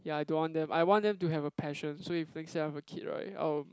ya I don't want them I want them to have a passion so if let's say I have a kid right I'll